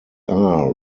are